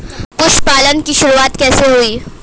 पशुपालन की शुरुआत कैसे हुई?